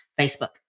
Facebook